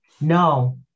No